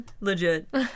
Legit